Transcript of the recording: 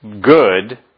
good